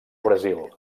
brasil